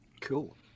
Cool